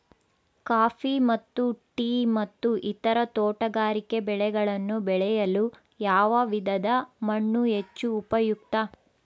Coffee ಮತ್ತು tea ಮತ್ತು ಇತರ ತೋಟಗಾರಿಕೆ ಬೆಳೆಗಳನ್ನು ಬೆಳೆಯಲು ಯಾವ ವಿಧದ ಮಣ್ಣು ಹೆಚ್ಚು ಉಪಯುಕ್ತ?